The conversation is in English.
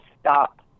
stop